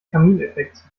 kamineffekts